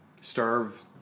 starve